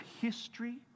history